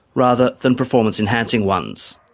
rather than performance enhancing ones.